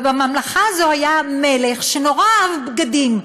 ובממלכה הזו היה מלך שנורא אהב בגדים.